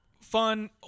fun